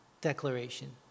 declaration